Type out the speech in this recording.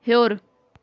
ہیوٚر